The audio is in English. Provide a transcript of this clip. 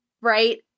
right